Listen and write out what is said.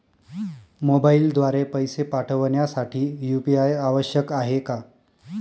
मोबाईलद्वारे पैसे पाठवण्यासाठी यू.पी.आय आवश्यक आहे का?